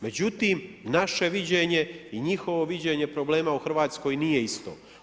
Međutim, naše viđenje i njihovo viđenje problema u Hrvatskoj nije isto.